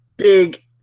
Big